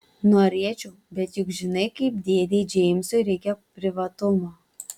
norėčiau bet juk žinai kaip dėdei džeimsui reikia privatumo